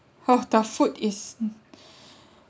oh the food is